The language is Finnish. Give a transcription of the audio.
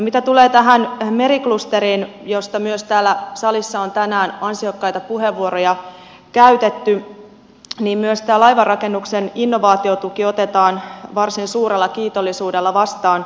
mitä tulee tähän meriklusteriin josta myös täällä salissa on tänään ansiokkaita puheenvuoroja käytetty niin myös tämä laivanrakennuksen innovaatiotuki otetaan varsin suurella kiitollisuudella vastaan